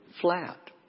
flat